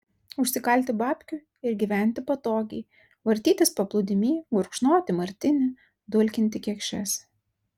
užsikalti babkių ir gyventi patogiai vartytis paplūdimy gurkšnoti martinį dulkinti kekšes